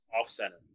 off-center